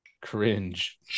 cringe